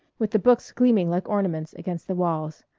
with the books gleaming like ornaments against the walls,